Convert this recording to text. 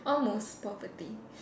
almost poverty